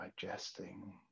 digesting